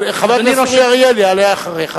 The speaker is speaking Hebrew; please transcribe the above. אבל חבר הכנסת אריאל יעלה אחריך ויאמר: